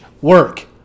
work